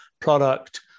product